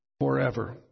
forever